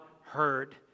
heard